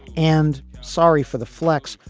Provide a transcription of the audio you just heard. and sorry for the fleck's.